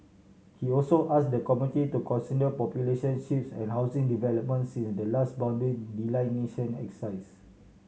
he also asked the committee to consider population shifts and housing developments since the last boundary delineation exercise